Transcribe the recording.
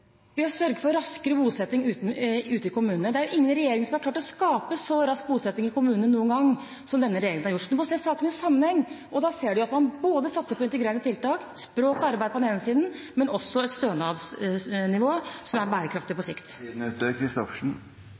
ved å sørge for raskere bosetting ute i kommunene. Det er ingen regjering som har klart å skape så rask bosetting i kommunene noen gang som denne regjeringen har gjort. Man må se saken i sammenheng. Da ser man at man satser både på integrerende tiltak, språk og arbeid på den ene siden og også på et stønadsnivå som er bærekraftig på sikt.